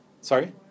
Sorry